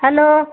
hello